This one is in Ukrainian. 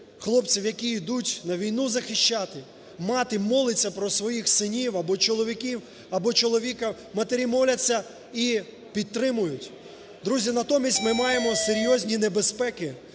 хлопців, які йдуть на війну, захищати, мати молиться про своїх синів або чоловіків, або чоловіка, матері моляться і підтримують. Друзі, натомість ми маємо серйозні небезпеки,